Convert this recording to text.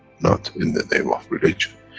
not in the name of religion,